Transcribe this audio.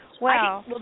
Wow